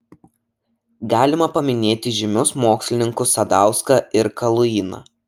galima paminėti žymius mokslininkus sadauską ir kaluiną